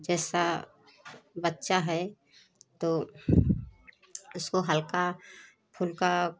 जैसा बच्चा है तो उसको हल्का ख़ुद का